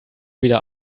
wieder